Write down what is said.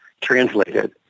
translated